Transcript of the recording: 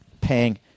paying